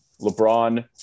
LeBron